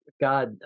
God